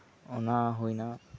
ᱚᱱᱟ ᱦᱩᱭᱱᱟ